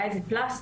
היה איזה פלסטר.